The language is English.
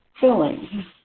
filling